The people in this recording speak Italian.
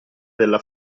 della